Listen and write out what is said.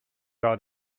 out